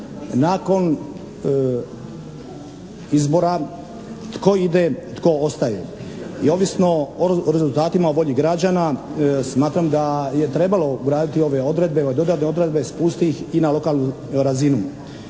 nakon izbora tko ide, tko ostaje i ovisno o rezultatima o volji građana smatram da je trebalo ugraditi ove odredbe, ove dodatne odredbe, spustiti ih i na lokalnu razinu.